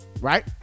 right